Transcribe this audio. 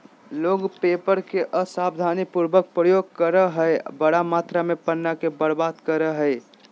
लोग पेपर के असावधानी पूर्वक प्रयोग करअ हई, बड़ा मात्रा में पन्ना के बर्बाद करअ हई